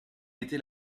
était